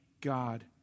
God